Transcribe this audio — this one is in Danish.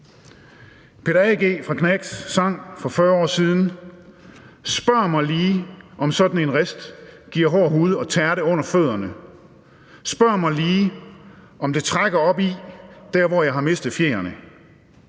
Peter A.G. fra Gnags sang for 40 år siden: »Spør mig lige om sådan en rist/Gi'r hård hud og tærte under tæerne/Spør mig om det trækker op i.../Der hvor jeg har mistet fjerene.«